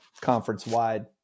conference-wide